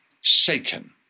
shaken